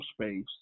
space